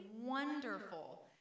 wonderful